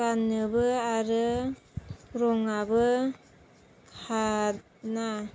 गाननोबो आरो रङाबो खारा